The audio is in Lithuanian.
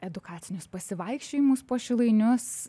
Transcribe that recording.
edukacinius pasivaikščiojimus po šilainius